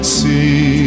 see